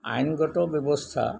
আইনগত ব্যৱস্থা